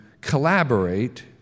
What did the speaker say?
collaborate